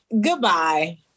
goodbye